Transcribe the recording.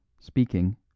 speaking